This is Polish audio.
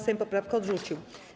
Sejm poprawkę odrzucił.